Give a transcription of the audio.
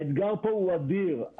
האתגר פה הוא אדיר.